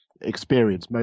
experience